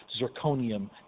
zirconium